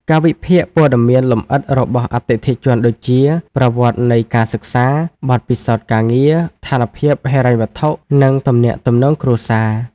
ការវិភាគព័ត៌មានលម្អិតរបស់អតិថិជនដូចជា ប្រវត្តិនៃការសិក្សា បទពិសោធន៍ការងារ ស្ថានភាពហិរញ្ញវត្ថុ និងទំនាក់ទំនងគ្រួសារ។